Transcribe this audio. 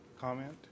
Comment